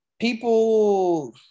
people